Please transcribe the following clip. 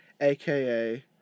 aka